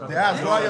בשנת 2019,